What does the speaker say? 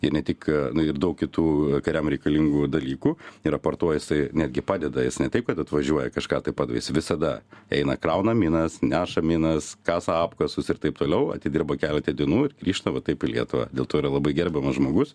ir ne tik ir daug kitų kariam reikalingų dalykų ir raportuoja jisai netgi padeda jis ne taip kad atvažiuoja kažką tai jis visada eina krauna minas neša minas kasa apkasus ir taip toliau atidirba keletą dienų ir grįžta va taip į lietuvą dėl to yra labai gerbiamas žmogus